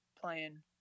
playing